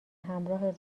همراه